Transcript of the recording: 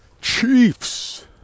chiefs